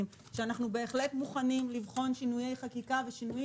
אמרתי שאנחנו בהחלט מוכנים לבחון שינויי חקיקה ושינויים